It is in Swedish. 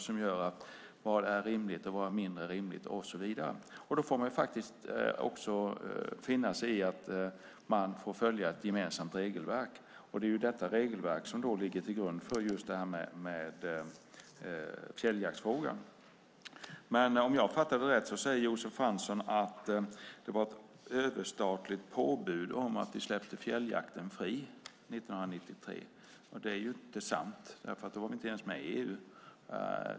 Det handlar om vad som är rimligt och mindre rimligt. Man får finna sig i att man får följa ett gemensamt regelverk. Det är detta regelverk som ligger till grund för frågan om fjälljakten. Om jag förstod det rätt säger Josef Fransson att det var ett överstatligt påbud att vi släppte fjälljakten fri 1993. Det är inte sant eftersom vi då inte ens var med i EU.